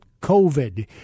COVID